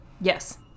Yes